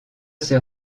ses